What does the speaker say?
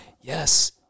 Yes